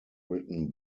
written